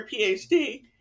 PhD